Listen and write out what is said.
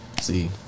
See